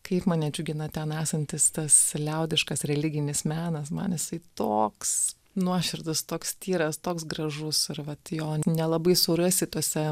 kaip mane džiugina ten esantis tas liaudiškas religinis menas man jisai toks nuoširdus toks tyras toks gražus ir vat jo nelabai surasi tose